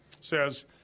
says